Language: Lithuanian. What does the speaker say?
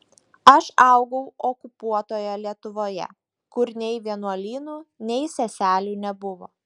aš augau okupuotoje lietuvoje kur nei vienuolynų nei seselių nebuvo